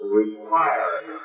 required